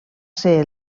ser